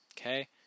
okay